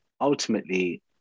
ultimately